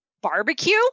barbecue